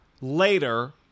later